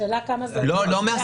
השאלה היא כמה זה ביחס --- לא מהסכמה,